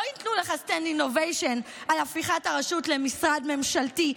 לא ייתנו לך standing ovation על הפיכת הרשות למשרד ממשלתי,